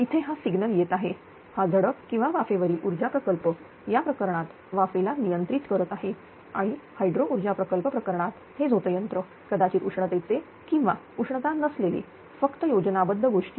इथे हा सिग्नल येत आहे हा झडप किंवा वाफेवरील ऊर्जा प्रकल्प या प्रकरणात वाफेला नियंत्रित करत आहे आणि हायड्रो ऊर्जा प्रकल्प प्रकरणात हे झोतयंत्र कदाचित उष्णतेचे किंवा उष्णता नसलेले फक्त योजनाबद्ध गोष्टी